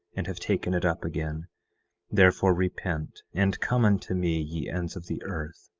and have taken it up again therefore repent, and come unto me ye ends of the earth,